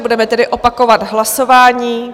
Budeme tedy opakovat hlasování.